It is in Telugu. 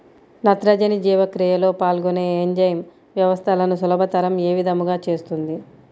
నత్రజని జీవక్రియలో పాల్గొనే ఎంజైమ్ వ్యవస్థలను సులభతరం ఏ విధముగా చేస్తుంది?